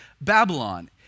Babylon